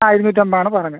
ആ ഇരുന്നൂറ്റൻപതാണ് പറഞ്ഞത്